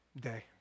day